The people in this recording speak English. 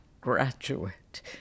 graduate